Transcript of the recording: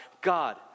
God